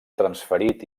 transferit